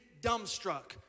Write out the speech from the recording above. dumbstruck